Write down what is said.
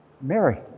Mary